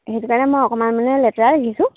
সেইটো কাৰণে মই অকণমান মানে লেতেৰা দেখিছোঁ